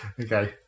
okay